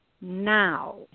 now